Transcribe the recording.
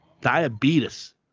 Diabetes